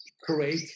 create